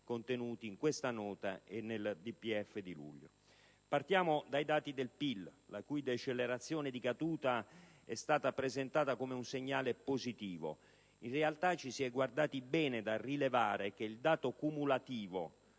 contenuti in questa Nota e nel DPEF di luglio. Partiamo dai dati del PIL, la cui decelerazione di caduta è stata presentata come un segnale positivo. In realtà, ci si è guardati bene dal rilevare che il dato cumulativo,